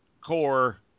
core